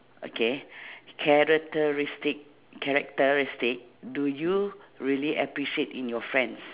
okay characteristic characteristic do you really appreciate in your friends